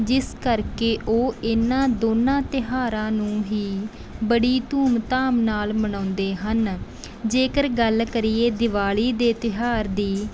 ਜਿਸ ਕਰਕੇ ਉਹ ਇਹਨਾਂ ਦੋਨਾਂ ਤਿਉਹਾਰਾਂ ਨੂੰ ਹੀ ਬੜੀ ਧੂਮਧਾਮ ਨਾਲ ਮਨਾਉਂਦੇ ਹਨ ਜੇਕਰ ਗੱਲ ਕਰੀਏ ਦਿਵਾਲੀ ਦੇ ਤਿਉਹਾਰ ਦੀ